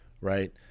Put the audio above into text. Right